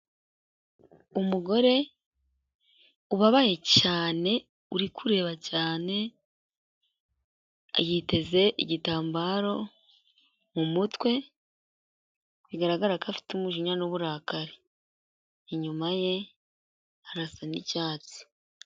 Umugore ubabaye cyane urikureba cyane yiteze igitambaro mu mutwe, bigaragara ko afite umujinya n'uburakari, inyuma ye harasa n'icyatsi.